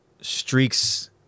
streaks